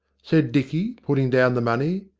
said dicky, putting down the money.